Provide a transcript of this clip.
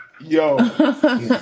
Yo